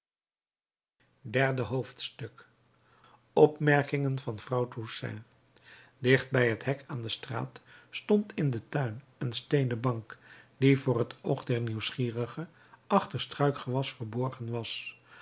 derde hoofdstuk opmerkingen van vrouw toussaint dicht bij het hek aan de straat stond in den tuin een steenen bank die voor het oog der nieuwsgierigen achter struikgewas verborgen was